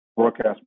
Broadcast